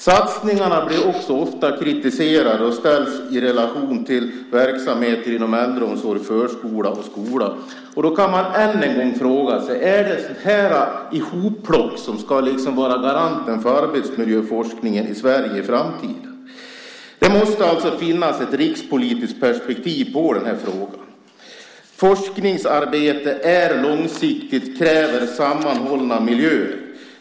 Satsningarna blir ofta kritiserade och ställs i relation till verksamhet inom äldreomsorg, förskola och skola. Då kan man än en gång fråga sig: Är det sådant hopplock som ska vara garant för arbetsmiljöforskningen i Sverige i framtiden? Det måste finnas ett rikspolitiskt perspektiv på den här frågan. Forskningsarbete är långsiktigt. Det kräver sammanhållna miljöer.